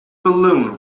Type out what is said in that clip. balloon